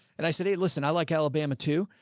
and i said, hey, listen, i like alabama too,